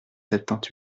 septante